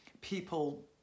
people